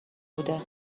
بوده